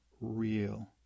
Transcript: real